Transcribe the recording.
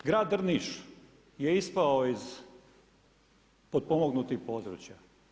Grad Drniš je ispao iz potpomognutih područja.